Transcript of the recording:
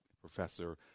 Professor